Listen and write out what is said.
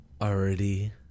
already